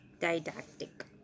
didactic